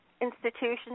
institution